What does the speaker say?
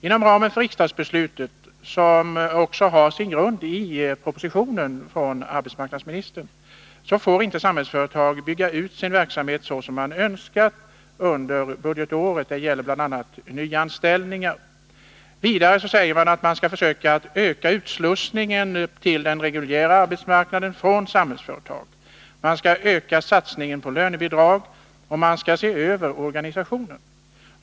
Inom ramen för riksdagsbeslutet, som också har sin grund i propositionen från arbetsmarknadsministern, får samhällsföretag inte bygga ut sin verksamhet så som man önskar under budgetåret. Det gäller bl.a. nyanställningar. Vidare säger man att man skall försöka öka utslussningen till den reguljära arbetsmarknaden från Samhällsföretag. Man skall öka satsningen på lönebidrag, och man skall se över organisationen.